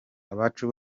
abacu